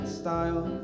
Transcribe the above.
style